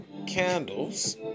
candles